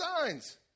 signs